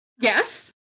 Yes